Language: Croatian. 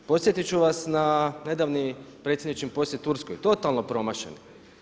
Podsjetit ću vas na nedavni predsjedničin posjet Turskoj, totalno promašeni.